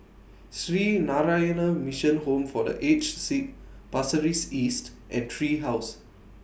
Sree Narayana Mission Home For The Aged Sick Pasir Ris East and Tree House